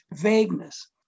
vagueness